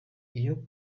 iyo